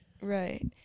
Right